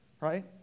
right